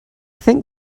think